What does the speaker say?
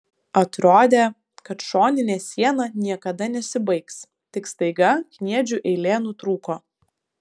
atrodė kad šoninė siena niekada nesibaigs tik staiga kniedžių eilė nutrūko